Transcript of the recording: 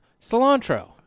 Cilantro